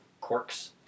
corks